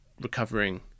recovering